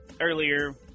earlier